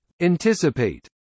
Anticipate